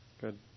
Good